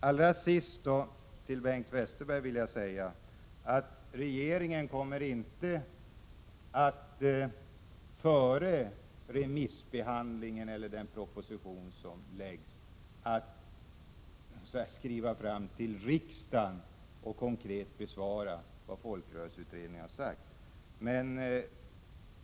Allra sist vill jag säga till Bengt Westerberg att regeringen inte före remissbehandlingen av folkrörelseutredningens betänkande eller före framläggandet av propositionen i ärendet kommer att skriva till riksdagen och konkret besvara vad folkrörelseutredningen har sagt.